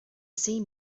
seam